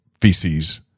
feces